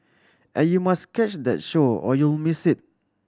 and you must catch that window or you'll miss it